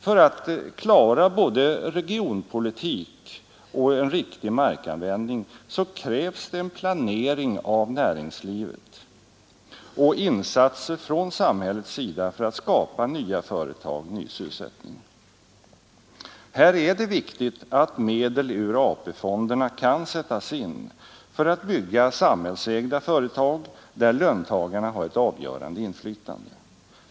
För att vi skall klara både regionpolitik och en riktig markanvändning krävs en planering av näringslivet och insatser från samhällets sida för att skapa nya företag och ny sysselsättning. Här är det viktigt att medel ur AP-fonderna kan sättas in för byggande av samhällsägda företag, där löntagarna har ett avgörande inflytande.